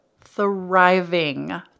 thriving